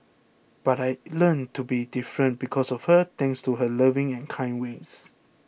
but I learnt to be different because of her thanks to her loving and kind ways